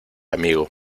amigo